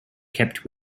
kept